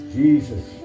Jesus